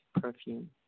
perfume